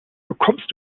bekommst